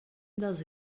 dels